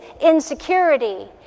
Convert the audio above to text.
insecurity